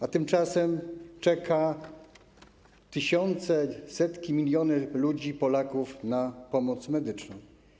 A tymczasem czekają tysiące, setki, miliony ludzi, Polaków na pomoc medyczną.